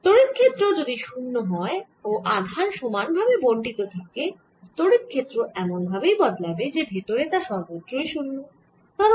তড়িৎ ক্ষেত্র যদি 0 হয় ও আধান সমান ভাবে বন্টিত থাকে তড়িৎ ক্ষেত্র এমন ভাবেই বদলাবে যে ভেতরে তা সর্বত্রই 0